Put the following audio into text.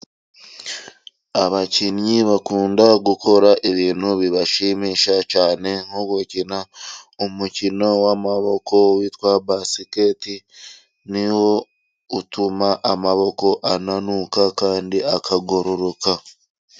Abakinnyi bakunda gukora ibintu bibashimisha cyane, nko gukina umukino w'amaboko witwa basikeketi, ni wo utuma amaboko ananuka kandi akagororoka.